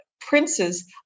Prince's